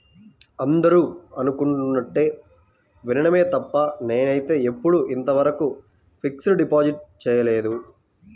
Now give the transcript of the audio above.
అందరూ అనుకుంటుంటే వినడమే తప్ప నేనైతే ఎప్పుడూ ఇంతవరకు ఫిక్స్డ్ డిపాజిట్ చేయలేదు